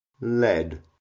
lead